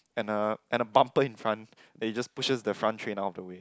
and a and a bumper in front then it just pushes the front train out of the way